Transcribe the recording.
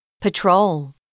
Patrol